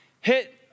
hit